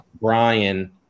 Brian